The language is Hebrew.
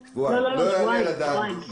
--- שבועיים, שבועיים.